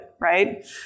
right